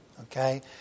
okay